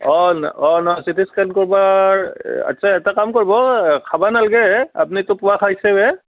অঁ ন অঁ নহয় চিটি স্কেন কৰিবৰ আচ্ছা এটা কাম কৰিব খাব নালাগে আপুনিতো পুৱা খাইছে